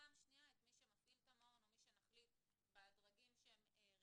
פעם שנייה את מי שמפעיל את המעון או מי שנחליט בדרגים שהם רלבנטיים,